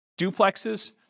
duplexes